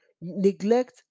neglect